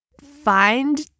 find